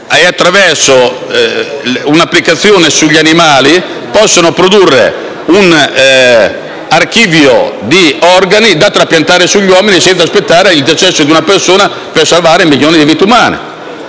di organi) e l'applicazione sugli animali può consentire la creazione di un archivio di organi da trapiantare sugli uomini senza aspettare il decesso di una persona, per salvare milioni di vite umane.